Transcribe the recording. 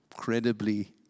Incredibly